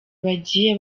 bagiye